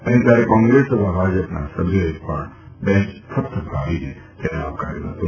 અને ત્યારે કોંગ્રેસ અને ભાજપના સભ્યોએ પણ બેન્ચ થપથપાવીને તેને આવકાર્યું હતું